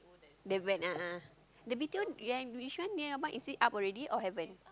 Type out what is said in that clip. the when a'ah a'ah the B_T_O yang which one near your mom is it up already or haven't